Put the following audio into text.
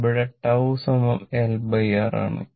ഇവിടെ τ LR ആണ്